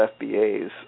FBAs